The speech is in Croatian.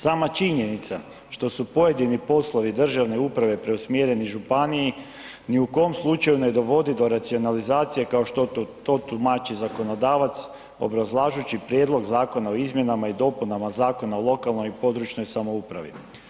Sama činjenica što su pojedini poslovi državne uprave preusmjereni županiji ni u kom slučaju ne dovodi do racionalizacije kao što to tumači zakonodavac obrazlažući Prijedlog zakona o izmjenama i dopunama Zakona o lokalnoj i područnoj samoupravi.